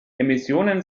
emissionen